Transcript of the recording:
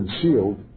concealed